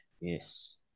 yes